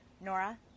Nora